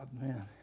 man